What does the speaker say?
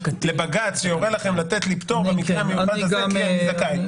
לבג"צ שיורה לכם לתת לי פטור במקרה המיוחד הזה כי אני זכאי.